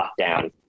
lockdown